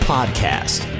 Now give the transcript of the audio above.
Podcast